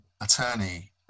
attorney